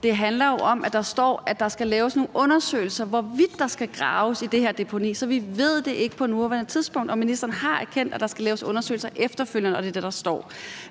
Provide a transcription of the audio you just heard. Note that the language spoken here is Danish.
Det handler jo om, at der står, at der skal laves undersøgelser om, hvorvidt der skal graves i det her deponi. Så vi ved det ikke på nuværende tidspunkt, og ministeren har erkendt, at der skal laves undersøgelser efterfølgende, og det er det, der står.